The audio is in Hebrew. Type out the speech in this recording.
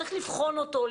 צריך לבחון אותו,